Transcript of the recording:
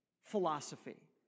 philosophy